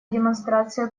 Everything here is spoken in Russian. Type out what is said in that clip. демонстрация